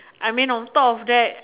I mean on top of that